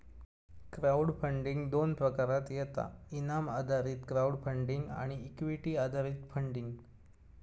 crowd funding दोन प्रकारात येता इनाम आधारित क्राउड फंडिंग आणि इक्विटी आधारित फंडिंग